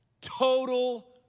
total